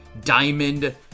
diamond